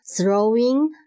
throwing